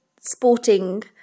sporting